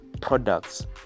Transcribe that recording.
products